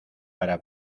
para